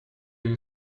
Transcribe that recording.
you